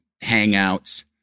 hangouts